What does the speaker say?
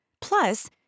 Plus